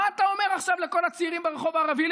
מה אתה אומר עכשיו לכל הצעירים ברחוב הערבי?